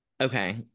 okay